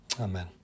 Amen